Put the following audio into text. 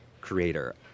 creator